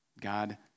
God